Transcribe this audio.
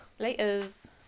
laters